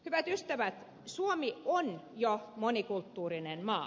hyvät ystävät suomi on jo monikulttuurinen maa